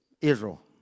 Israel